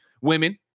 Women